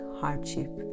hardship